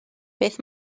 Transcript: beth